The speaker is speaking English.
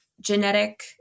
genetic